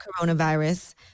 coronavirus